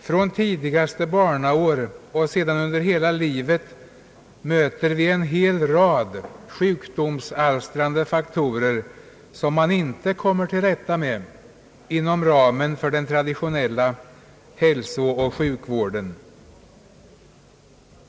Från tidigaste barnaår möter vi under hela livet en hel rad sjukdomsalstrande faktorer, som man inte kommer till rätta med inom ramen för den traditionella hälsooch sjukvården.